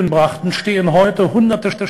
הם הפכו את המדבר למקום פורח.